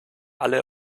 alle